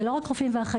זה לא רק רופאים ואחיות,